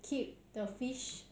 keep the fish